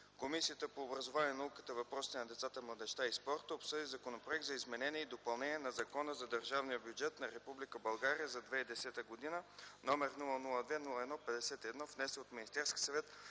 Комисията по образованието, науката и въпросите на децата, младежта и спорта обсъди Законопроект за изменение и допълнение на Закона за държавния бюджет на Република България за 2010 г., № 002-01-51, внесен от Министерския съвет